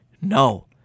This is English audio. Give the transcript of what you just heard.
no